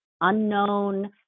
unknown